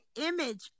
image